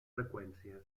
freqüències